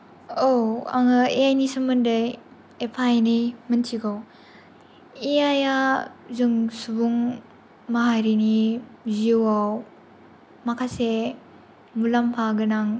औ आङो ए आइ नि सोमोन्दै एफा एनै मोनथिगौ ए आइ या जों सुबुं माहारिनि जिउआव माखासे मुलाम्फा गोनां